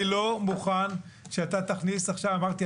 אני לא מוכן שאתה עכשיו אמרתי,